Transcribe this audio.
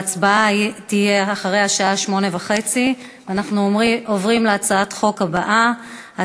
ההצבעה תהיה אחרי השעה 20:30. ואנחנו עוברים להצעת החוק הבאה,